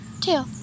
Two